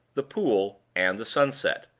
the pool, and the sunset.